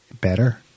better